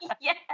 Yes